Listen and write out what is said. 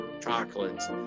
chocolates